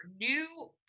new